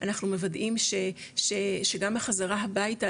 אנחנו מוודאים שגם החזרה הביתה,